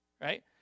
right